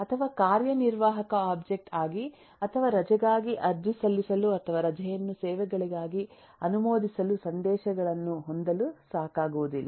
ಅಥವಾ ಕಾರ್ಯನಿರ್ವಾಹಕ ಒಬ್ಜೆಕ್ಟ್ ಆಗಿ ಅಥವಾ ರಜೆಗಾಗಿ ಅರ್ಜಿ ಸಲ್ಲಿಸಲು ಅಥವಾ ರಜೆಯನ್ನು ಸೇವೆಗಳಾಗಿ ಅನುಮೋದಿಸಲು ಸಂದೇಶಗಳನ್ನು ಹೊಂದಲು ಸಾಕಾಗುವುದಿಲ್ಲ